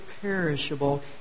perishable